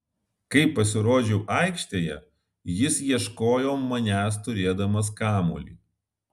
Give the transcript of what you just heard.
kai pasirodžiau aikštėje jis ieškojo manęs turėdamas kamuolį